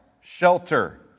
shelter